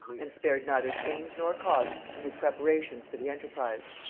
and spared neither pains nor cost in his preparations for the enterprise.